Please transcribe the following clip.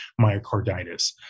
myocarditis